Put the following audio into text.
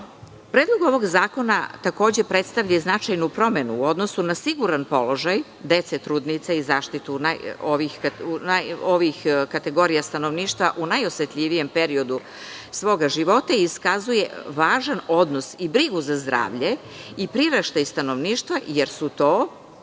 obaveze. Predlog ovog zakona takođe predstavlja i značajnu promenu u odnosu na siguran položaj dece, trudnica i zaštitu ovih kategorija stanovništva u najosetljivijem periodu svoga života i iskazuje važan odnos i brigu za zdravlje i priraštaj stanovništva jer su to,